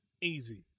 Easy